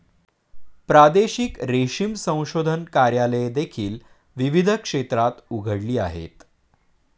प्रादेशिक रेशीम संशोधन कार्यालये देखील विविध क्षेत्रात उघडली आहेत